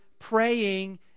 praying